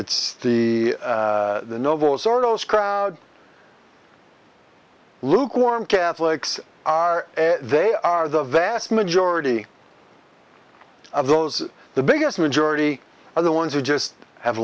it's the nobles or lukewarm catholics are they are the vast majority of those the biggest majority or the ones who just have